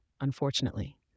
unfortunately